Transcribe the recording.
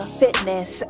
fitness